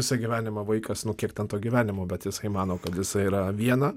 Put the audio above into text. visą gyvenimą vaikas nu kiek ten to gyvenimo bet jisai mano kad jisai yra viena